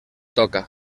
toca